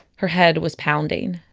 her head was pounding.